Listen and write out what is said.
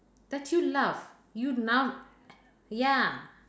that you love you now ya